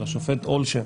של השופט אולשן,